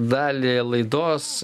dalį laidos